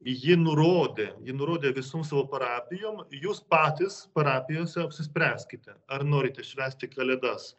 ji nurodė ji nurodė visom savo parapijom jūs patys parapijose apsispręskite ar norite švęsti kalėdas